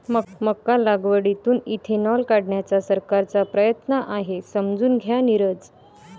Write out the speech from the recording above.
मका लागवडीतून इथेनॉल काढण्याचा सरकारचा प्रयत्न आहे, समजून घ्या नीरज